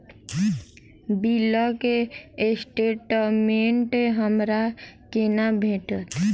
बिलक स्टेटमेंट हमरा केना भेटत?